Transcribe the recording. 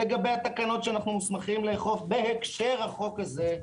לגבי התקנות שאנחנו מוסמכים לאכוף בהקשר הזה,